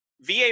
VA